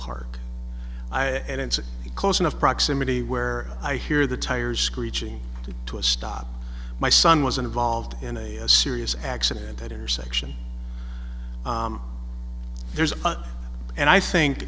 park and it's close enough proximity where i hear the tires screeching to a stop my son was involved in a serious accident at that intersection there's and i think